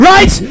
Right